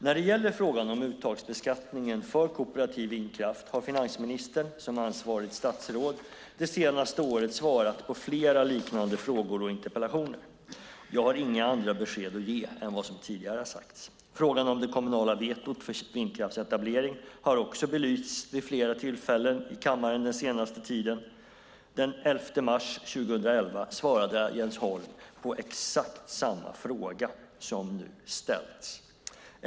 När det gäller frågan om uttagsbeskattningen för kooperativ vindkraft har finansministern, som ansvarigt statsråd, det senaste året svarat på flera liknande frågor och interpellationer . Jag har inga andra besked att ge än vad som tidigare sagts. Frågan om det kommunala vetot för vindkraftsetablering har också belysts vid flera tillfällen i kammaren den senaste tiden . Den 11 mars 2011 svarade jag Jens Holm på exakt samma fråga som nu ställts.